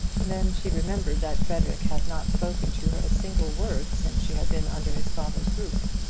then she remembered that frederic had not spoken to her a single word since she had been under his father's roof.